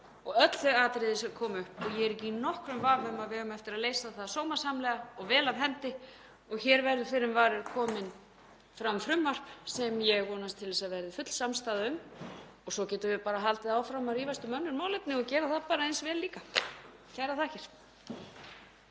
og öll þau atriði sem koma upp og ég er ekki í nokkrum vafa um að við eigum eftir að leysa það sómasamlega og vel af hendi og hér verði fyrr en varir komið fram frumvarp sem ég vonast til að verði full samstaða um. Svo getum við haldið áfram að rífast um önnur málefni og gera það eins vel líka. Kærar þakkir.